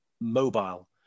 mobile